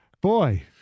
Boy